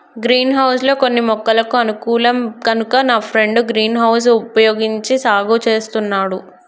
green house లో కొన్ని మొక్కలకు అనుకూలం కనుక నా ఫ్రెండు గ్రీన్ హౌస్ వుపయోగించి సాగు చేస్తున్నాడు